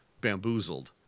bamboozled